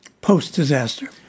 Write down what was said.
post-disaster